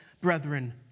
brethren